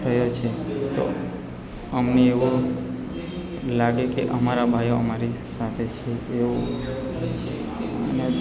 થયો છે તો અમને એવો લાગે કે અમારા ભાઈઓ અમારી સાથે છે તેઓ અને